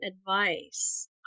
advice